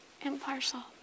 impartial